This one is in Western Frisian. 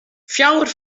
fjouwer